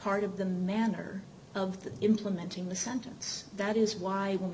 part of the manner of the implementing the sentence that is why w